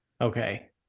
Okay